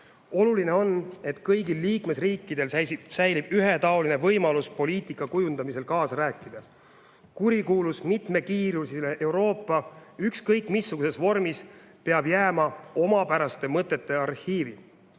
Oluline on, et kõigil liikmesriikidel säilib ühetaoline võimalus poliitika kujundamisel kaasa rääkida. Kurikuulus mitmekiiruseline Euroopa, ükskõik missuguses vormis, peab jääma omapäraste mõtete arhiivi.